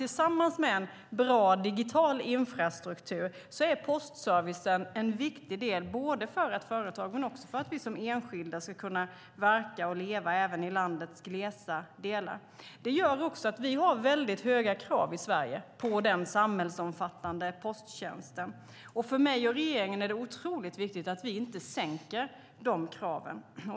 Tillsammans med en bra digital infrastruktur är postservicen en viktig del för att både företag och enskilda ska kunna verka och leva även i landets glesa delar. Vi har höga krav i Sverige på den samhällsomfattande posttjänsten. För mig och regeringen är det otroligt viktigt att vi inte sänker kraven.